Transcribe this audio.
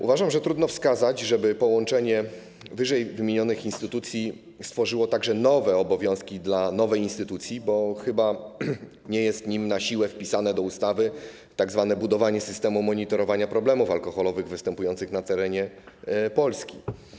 Uważam, że trudno wskazać, żeby połączenie ww. instytucji stworzyło także nowe obowiązki dla nowej instytucji, bo chyba nie należy do nich na siłę wpisane do ustawy tzw. budowanie systemu monitorowania problemów alkoholowych występujących na terenie Polski.